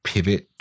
pivot